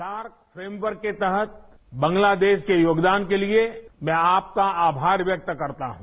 SAARC member के तहत बांग्लादेश के योगदान के लिए मैं आपका आभार व्यक्त करता हूं